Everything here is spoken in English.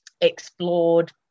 explored